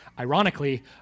Ironically